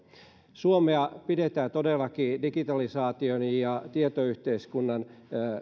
suomea pidetään todellakin digitalisaation ja tietoyhteiskunnan